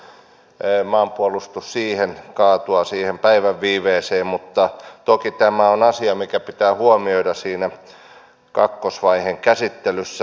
että en usko että suomen maanpuolustus kaatuu siihen päivän viiveeseen mutta toki tämä on asia mikä pitää huomioida siinä kakkosvaiheen käsittelyssä